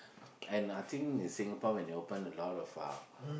and I think in Singapore when you open a lot of uh